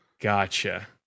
gotcha